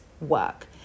work